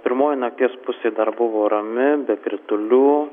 pirmoji nakties pusė dar buvo rami be kritulių